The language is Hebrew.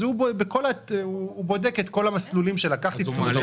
אז הוא בודק את כל המסלולים שלקחתי צמודי